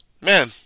Man